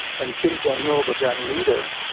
and kim jong-il, the then leader,